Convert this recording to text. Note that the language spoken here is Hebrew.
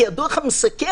כי הדוח המסכם,